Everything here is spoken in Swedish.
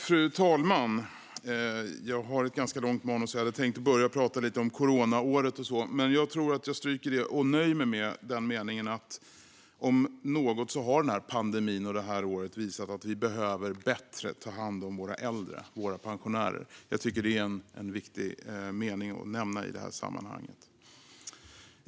Fru talman! Jag har ett ganska långt manus och hade tänkt börja med att prata om coronaåret, men jag tror att jag stryker det. Jag nöjer mig med att säga att den här pandemin och det här året har visat, om något, att vi behöver ta bättre hand om våra äldre och våra pensionärer. Jag tycker att det är viktigt att nämna i det här sammanhanget.